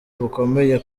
bukomeye